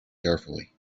carefully